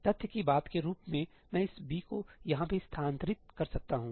तथ्य की बात के रूप में मैं इस 'b' को यहां भी स्थानांतरित कर सकता हूं